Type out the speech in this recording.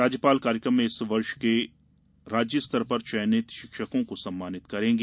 राज्यपाल कार्यक्रम में इस वर्ष के राज्य स्तर पर चयनित शिक्षकों को सम्मानित करेंगी